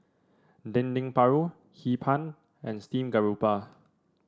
Dendeng Paru Hee Pan and Steamed Garoupa